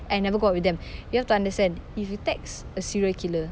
I never go out with them you have to understand if you text a serial killer